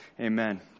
Amen